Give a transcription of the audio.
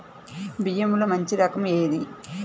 బియ్యంలో మంచి రకం ఏది?